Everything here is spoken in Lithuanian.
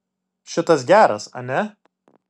šitas geras ane